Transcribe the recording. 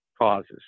causes